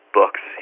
books